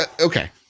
Okay